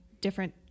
different